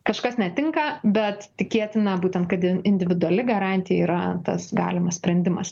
kažkas netinka bet tikėtina būtent kad individuali garantija yra tas galimas sprendimas